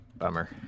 Bummer